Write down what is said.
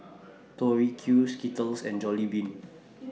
Tori Q Skittles and Jollibean